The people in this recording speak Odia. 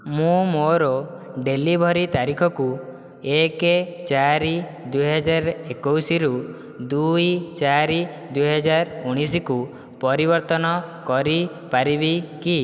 ମୁଁ ମୋର ଡେଲିଭରି ତାରିଖକୁ ଏକ ଚାରି ଦୁଇହଜାର ଏକୋଇଶି ରୁ ଦୁଇ ଚାରି ଦୁଇହଜାର ଊଣିଇଶି କୁ ପରିବର୍ତ୍ତନ କରିପାରିବି କି